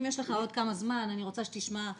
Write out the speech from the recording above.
אם יש לך עוד קצת זמן אני רוצה שתשמע את